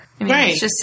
Right